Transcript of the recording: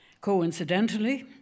Coincidentally